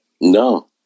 No